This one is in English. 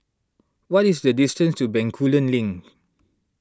what is the distance to Bencoolen Link